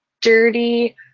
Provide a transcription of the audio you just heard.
dirty